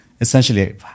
essentially